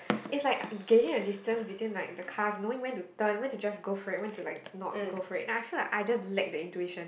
is like gauging the distance between like the cars knowing when to turn when to just go for it when to like not go for it and I feel like I just lack the intuition